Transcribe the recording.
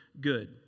good